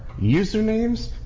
usernames